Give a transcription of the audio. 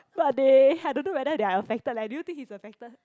but they I don't know whether they are affected leh do you think he's affected